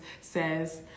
says